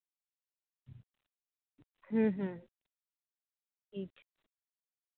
ᱦᱩᱸ ᱦᱩᱸ ᱴᱷᱤᱠ